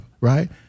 right